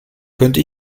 könnte